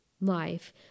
life